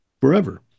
forever